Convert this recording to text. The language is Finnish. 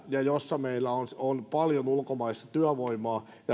ja joissa meillä on paljon ulkomaista työvoimaa